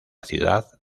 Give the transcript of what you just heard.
ciudad